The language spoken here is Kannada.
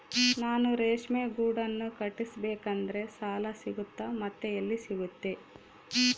ನಾನು ರೇಷ್ಮೆ ಗೂಡನ್ನು ಕಟ್ಟಿಸ್ಬೇಕಂದ್ರೆ ಸಾಲ ಸಿಗುತ್ತಾ ಮತ್ತೆ ಎಲ್ಲಿ ಸಿಗುತ್ತೆ?